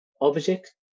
object